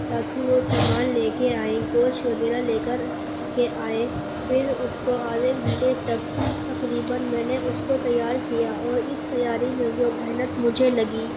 تاکہ وہ سامان لے کے آئیں گوشت وغیرہ لے کر کے آئیں پھر اس کو آدھے گھنٹے تک تقریباً میں نے اس کو تیار کیا اور اس تیاری میں جو محنت مجھے لگی